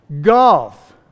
Golf